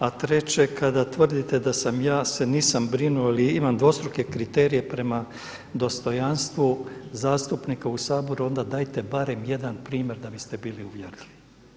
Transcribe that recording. A treće, kada tvrdite da sam ja, se nisam brinuo ili imam dvostruke kriterije prema dostojanstvu zastupnika u Saboru, onda dajte barem jedan primjer da biste bili uvjerljivi.